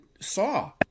saw